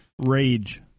rage